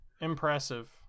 impressive